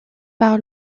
par